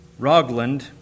Rogland